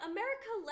America